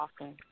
often